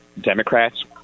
democrats